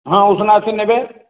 ହଁ ଉଷୁନା ଅଛି ନେବେ